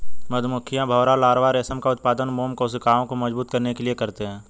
मधुमक्खियां, भौंरा लार्वा रेशम का उत्पादन मोम कोशिकाओं को मजबूत करने के लिए करते हैं